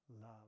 Love